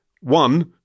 One